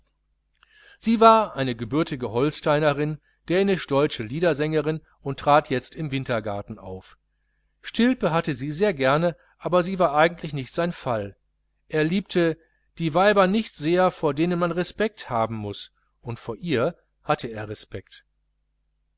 sie war eine geborene holsteinerin dänisch deutsche liedersängerin und trat jetzt im wintergarten auf stilpen hatte sie sehr gerne aber sie war nicht eigentlich sein fall er liebte die weiber nicht sehr vor denen man respekt haben muß und vor ihr hatte er respekt